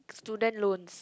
student loans